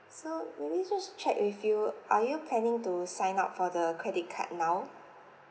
so maybe just check with you are you planning to sign up for the credit card now